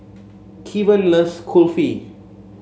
Keven loves Kulfi